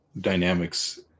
dynamics